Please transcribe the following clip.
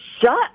shut